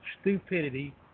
stupidity